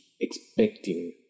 expecting